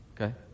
Okay